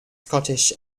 scottish